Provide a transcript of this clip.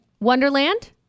Wonderland